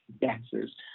dancers